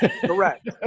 correct